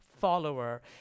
follower